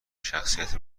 شخصیت